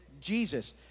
Jesus